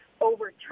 overturn